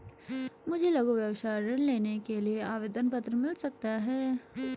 मुझे लघु व्यवसाय ऋण लेने के लिए आवेदन पत्र मिल सकता है?